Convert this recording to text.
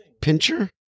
Pincher